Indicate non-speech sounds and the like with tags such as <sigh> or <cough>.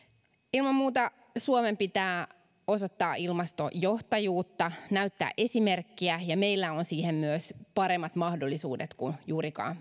ilman muuta suomen pitää osoittaa ilmastojohtajuutta näyttää esimerkkiä ja meillä on siihen myös paremmat mahdollisuudet kuin juurikaan <unintelligible>